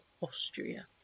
Austria